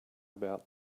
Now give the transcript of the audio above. about